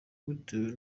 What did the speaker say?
bitewe